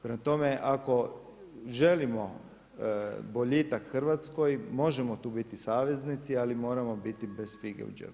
Prema tome, ako želimo boljitak Hrvatskoj možemo tu biti saveznici ali moramo biti bez fige u džepu.